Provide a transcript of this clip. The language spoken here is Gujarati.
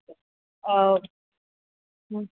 અ